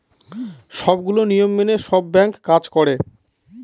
সবগুলো নিয়ম মেনে সব ব্যাঙ্ক কাজ করে